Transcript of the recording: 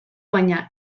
baina